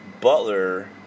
Butler